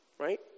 right